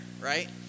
right